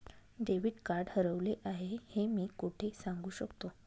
Debit card हरवले आहे हे मी कोठे सांगू शकतो?